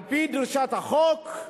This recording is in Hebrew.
על-פי דרישת החוק,